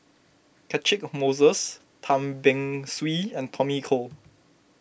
Catchick Moses Tan Beng Swee and Tommy Koh